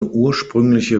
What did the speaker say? ursprüngliche